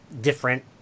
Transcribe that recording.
different